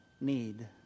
need